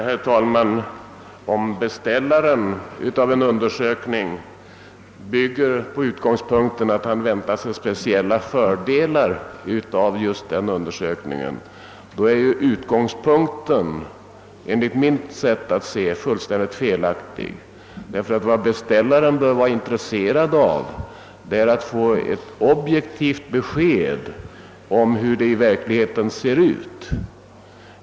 Herr talman! Om beställaren av en undersökning bygger på utgångspunkten att han väntar sig speciella fördelar av just den undersökningen, är utgångspunkten enligt mitt sätt att se fullständigt felaktig. Vad beställaren bör vara intresserad av är att få ett objektivt besked om hur förhållandena i verkligheten ser ut.